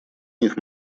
них